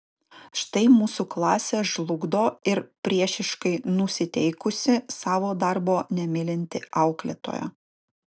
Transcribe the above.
štai mūsų klasę žlugdo ir priešiškai nusiteikusi savo darbo nemylinti auklėtoja